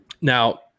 Now